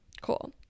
Cool